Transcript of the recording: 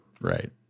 right